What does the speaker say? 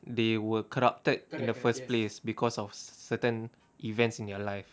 they were corrupted in the first place because of c~ certain events in their life